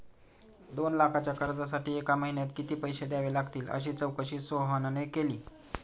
दोन लाखांच्या कर्जासाठी एका महिन्यात किती पैसे द्यावे लागतील अशी चौकशी सोहनने केली